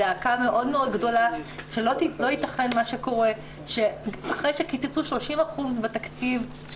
זעקה מאוד גדולה שלא ייתכן מה שקורה שאחרי שקיצצו 30% בתקציב של